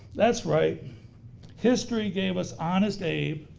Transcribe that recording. that's right history gave us honest abe